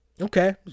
okay